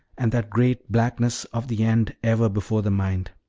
and that great blackness of the end ever before the mind.